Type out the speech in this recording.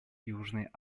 южной